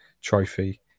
trophy